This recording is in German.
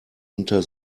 unter